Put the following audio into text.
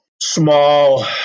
small